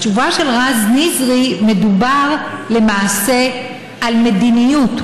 בתשובה של רז נזרי מדובר למעשה על מדיניות,